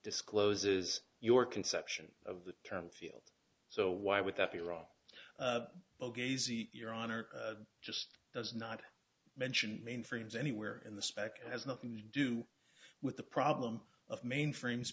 discloses your conception of the term field so why would that be wrong your honor just does not mention mainframes anywhere in the spec has nothing to do with the problem of mainframes